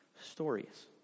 stories